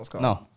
No